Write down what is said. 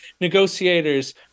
negotiators